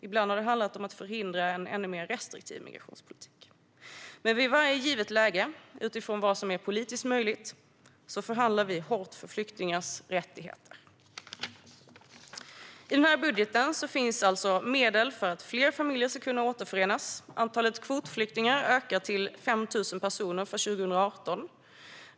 Ibland har det handlat om att förhindra en ännu mer restriktiv migrationspolitik. Men vid varje givet läge, utifrån vad som är politiskt möjligt, förhandlar vi hårt för flyktingars rättigheter. I den här budgeten finns alltså medel för att fler familjer ska kunna återförenas. Antalet kvotflyktingar kan ökas till 5 000 personer 2018.